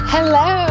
Hello